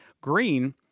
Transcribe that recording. green